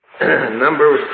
Number